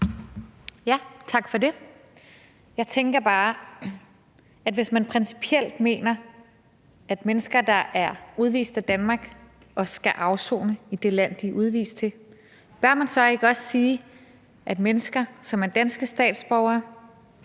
Tak for det. Jeg tænker bare, at hvis man principielt mener, at mennesker, der er udvist af Danmark, skal afsone i det land, de er udvist til, bør man så ikke også hente de mennesker, som er danske statsborgere,